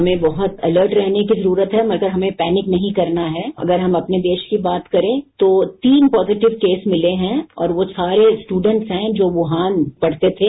हमें बहुत अलर्ट रहने की जरूरत है मगर हमें पैनिक नहीं करना है अगर हम अपने देश की बात करें तो तीन पॉजिटिव केस मिते हैं और वो सारे स्टूडेंट्स हैं जो वुहान में पढ़ते थे